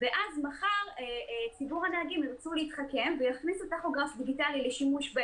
ומחר ציבור הנהגים ירצה להתחכם ויכניס טכוגרף דיגיטלי לשימוש,